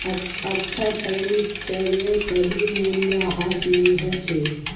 अच्छा फर्नीचरेर कभी मूल्यह्रास नी हो छेक